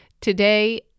Today